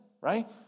right